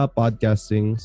podcasting